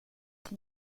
sin